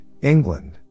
England